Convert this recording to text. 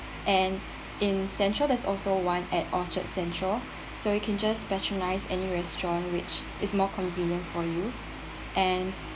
and in central there's also one at orchard central so you can just patronise any restaurant which is more convenient for you and